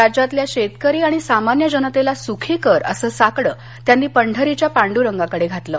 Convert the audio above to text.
राज्यातल्या शेतकरी आणि सामान्य जनतेला सुखी कर असं साकड त्यांनी पंढरीच्या पांडुरंगाला घातलं